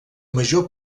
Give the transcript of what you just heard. major